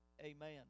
Amen